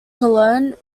cologne